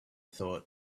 thought